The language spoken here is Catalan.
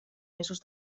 mesos